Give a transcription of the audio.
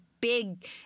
big